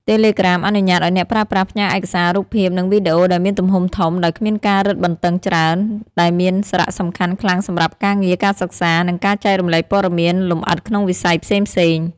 តេឡេក្រាមអនុញ្ញាតឱ្យអ្នកប្រើប្រាស់ផ្ញើឯកសារ រូបភាព និងវីដេអូដែលមានទំហំធំ ដោយគ្មានការរឹតបន្តឹងច្រើន ដែលមានសារៈសំខាន់ខ្លាំងសម្រាប់ការងារ ការសិក្សា និងការចែករំលែកព័ត៌មានលម្អិតក្នុងវិស័យផ្សេងៗ។